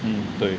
mm 对